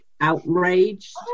Outraged